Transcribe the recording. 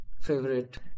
favorite